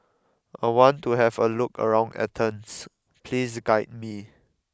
I want to have a look around Athens Please guide me